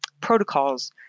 protocols